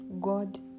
God